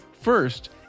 First